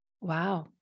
Wow